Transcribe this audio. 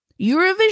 Eurovision